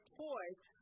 toys